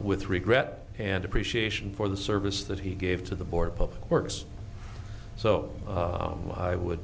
with regret and appreciation for the service that he gave to the board of public works so i would